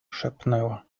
szepnęła